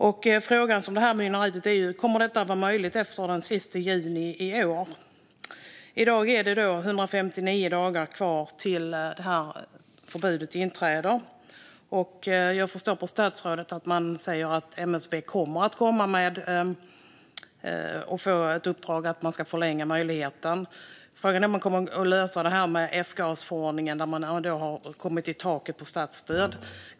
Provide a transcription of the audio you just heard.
Den fråga som detta mynnar ut i är: Kommer detta att vara möjligt efter den 30 juni i år? I dag är det 159 dagar kvar tills förbudet inträder. Jag har förstått på statsrådet att MSB kommer att få ett uppdrag att förlänga möjligheten. Frågan är om det här med f-gasförordningen kommer att kunna lösas - när taket för statsstöd har nåtts.